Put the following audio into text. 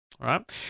Right